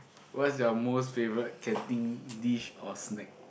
what's your most favourite canteen dish or snack